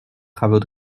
travaux